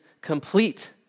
complete